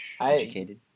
Educated